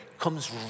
comes